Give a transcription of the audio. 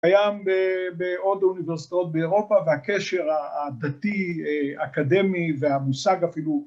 קיים בעוד האוניברסיטאות באירופה והקשר הדתי-אקדמי והמושג אפילו